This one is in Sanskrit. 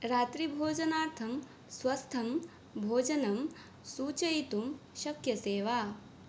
रात्रिभोजनार्थं स्वस्थं भोजनं सूचयितुं शक्यसे वा